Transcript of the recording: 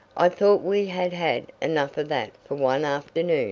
i thought we had had enough of that for one afternoon